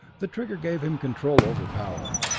the trigger gave him control over power.